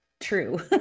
true